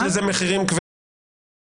יש לזה מחירים כבדים.